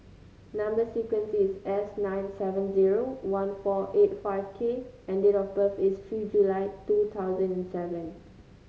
number sequence is S nine seven zero one four eight five K and date of birth is three July two thousand seven